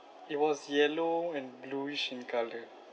it was yellow and bluish in colour